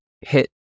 hit